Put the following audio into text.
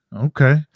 Okay